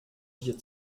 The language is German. dir